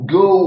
go